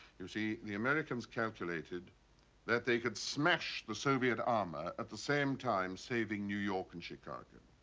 you see, the americans calculated that they could smash the soviet armor at the same time saving new york and chicago,